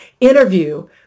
interview